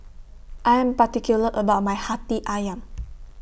I Am particular about My Hati Ayam